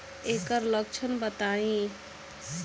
ऐकर लक्षण बताई?